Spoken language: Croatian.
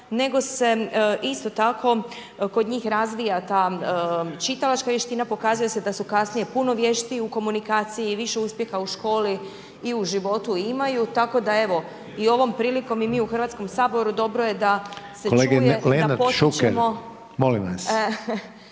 nego se isto tako kod njih razvija ta čitalačka vještina, pokazuje se da su kasnije puno vještiji u komunikaciji, više uspjeha u školi i u životu imaju, tako da evo i ovom prilikom i mi u HS-u da .../Upadica: Kolege